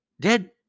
Dead